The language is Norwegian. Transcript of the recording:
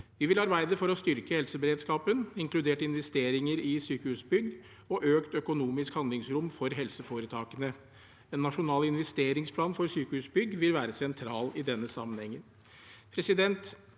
Vi vil arbeide for å styrke helseberedskapen, inkludert investeringer i sykehusbygg og økt økonomisk handlingsrom for helseforetakene. En nasjonal investeringsplan for sykehusbygg vil være sentral i denne sammenhengen.